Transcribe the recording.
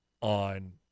on